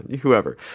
whoever